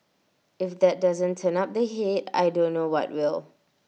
if that doesn't turn up the heat I don't know what will